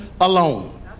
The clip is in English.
alone